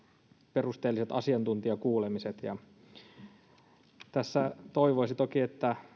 perusteelliset asiantuntijakuulemiset tässä toivoisi toki että